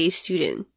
student